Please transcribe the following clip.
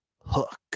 hook